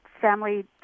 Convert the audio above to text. family